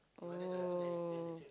oh